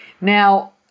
Now